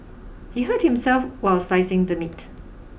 he hurt himself while slicing the meat